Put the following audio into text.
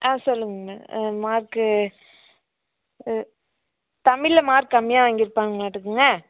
ஆ சொல்லுங்கள் மார்க்கு தமிழில் மார்க் கம்மியாக வாங்கியிருப்பாங்லாட்டுக்குங்க